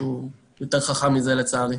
משהו יותר חכם מזה, לצערי.